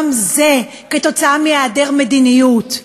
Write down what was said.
גם זה תוצאה של היעדר מדיניות.